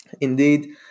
Indeed